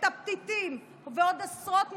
הפתיתים ועוד עשרות מוצרים.